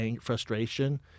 frustration